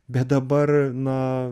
bet dabar na